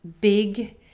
big